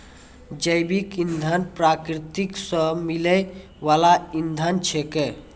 जैव इंधन प्रकृति सॅ मिलै वाल इंधन छेकै